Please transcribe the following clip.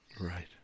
Right